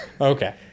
okay